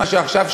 מה שעכשיו,